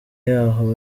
y’aho